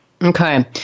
Okay